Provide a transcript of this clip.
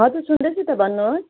हजुर सुन्दैछु त भन्नुहोस्